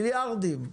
מיליארדים.